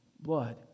Blood